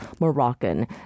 Moroccan